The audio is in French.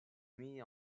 met